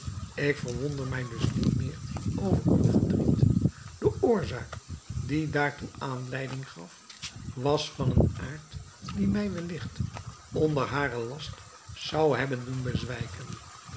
ik verwonder mij dus niet meer over uw verdriet de oorzaak die daartoe aanleiding gaf is van een aard die mij welligt onder haren last zou hebben doen bezwijken